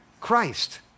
Christ